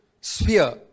sphere